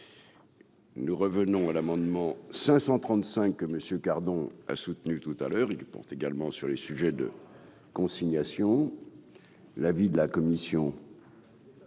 Nous revenons à l'amendement 535 messieurs Cardon a soutenu tout à l'heure, il porte également sur les sujets de. Consignation, l'avis de la commission.